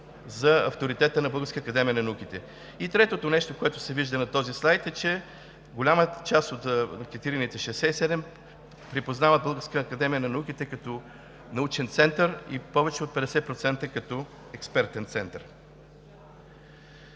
за авторитета на Българската академия на науките. Третото нещо, което се вижда на този слайд, е, че голямата част от анкетираните – 67%, припознават Българската академия на науките като научен и повече от 50% като експертен център.